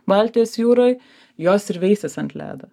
baltijos jūroj jos ir veisiasi ant ledo